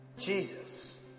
Jesus